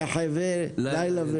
לעניין